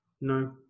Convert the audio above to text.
No